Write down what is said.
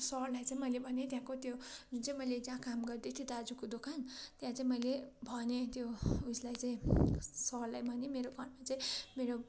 सरलाई चाहिँ मैले भने त्यहाँको त्यो हिजो मैले जहाँ काम गर्दै थिएँ दाजुको दोकान त्यहाँ चाहिँ मैले भने त्यो उसलाई चाहिँ सरलाई भने मेरो फ्यामिली चाहिँ मेरो